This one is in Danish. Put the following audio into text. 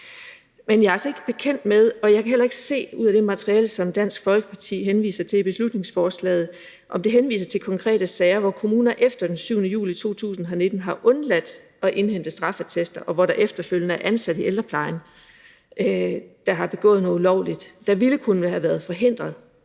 Men jeg er altså ikke bekendt med det, og jeg kan heller ikke se ud af det materiale, som Dansk Folkeparti henviser til i beslutningsforslaget, om det henviser til konkrete sager, hvor kommuner efter den 7. juli 2019 har undladt at indhente straffeattester, og hvor der efterfølgende er ansatte i ældreplejen, der har begået noget ulovligt, der ville kunne have været forhindret,